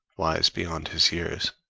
wise beyond his years,